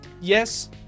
Yes